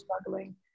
struggling